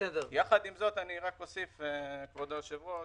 יחד עם זאת, אני אוסיף כבוד היושב ראש,